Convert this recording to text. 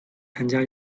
参加